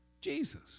Jesus